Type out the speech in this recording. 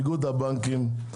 איגוד הבנקים.